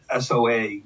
SOA